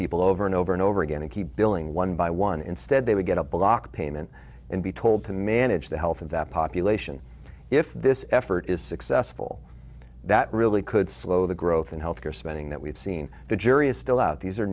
people over and over and over again and keep billing one by one instead they would get a block payment and be told to manage the health of that population if this effort is successful that really could slow the growth in health care spending that we've seen the jury is still out these are